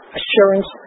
assurance